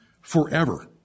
forever